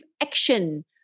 action